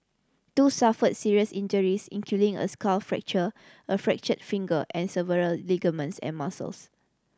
two suffered serious injuries including a skull fracture a fractured finger and severed ligaments and muscles